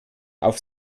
auf